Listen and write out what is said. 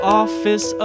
office